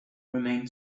remain